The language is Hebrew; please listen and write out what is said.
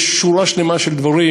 יש שורה שלמה של דברים,